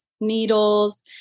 needles